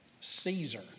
Caesar